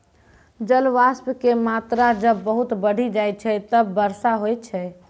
जलवाष्प के मात्रा जब बहुत बढ़ी जाय छै तब वर्षा होय छै